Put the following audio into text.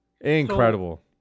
Incredible